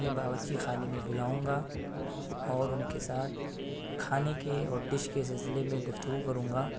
اپنے باورچی خانے میں بلاؤں گا اور ان كے ساتھ کھانے کے اور ڈش کے سلسلے میں گفتگو کروں گا